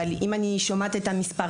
אבל אם אני שומעת באופן נכון את המספרים,